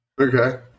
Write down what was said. Okay